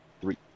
three